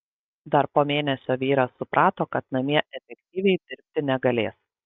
dar po mėnesio vyras suprato kad namie efektyviai dirbti negalės